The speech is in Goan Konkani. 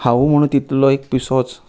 हांवू म्हणून तितलो एक पिसोच